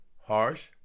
Harsh